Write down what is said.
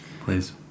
Please